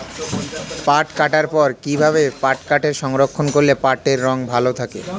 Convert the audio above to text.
পাট কাটার পর কি ভাবে পাটকে সংরক্ষন করলে পাটের রং ভালো থাকে?